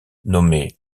nommé